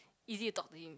easy to talk to him